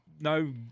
no